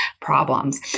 problems